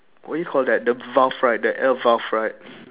what do you call that the valve right the air valve right